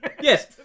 Yes